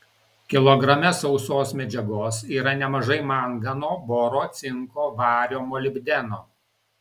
kilograme sausos medžiagos yra nemažai mangano boro cinko vario molibdeno